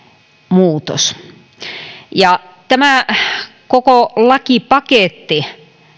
muutos tämä koko lakipaketti